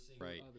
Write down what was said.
Right